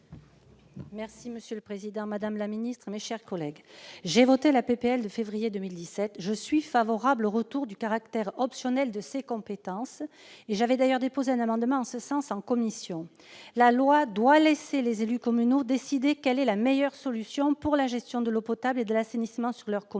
Monsieur le président, madame la ministre, mes chers collègues, j'ai voté la proposition de loi du mois de février 2017 et je suis favorable au retour au caractère optionnel de ces compétences- j'avais d'ailleurs déposé un amendement en ce sens en commission. La loi doit laisser les élus communaux décider quelle est la meilleure solution pour la gestion de l'eau potable et de l'assainissement sur leur commune.